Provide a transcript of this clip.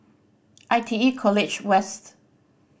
I T E College West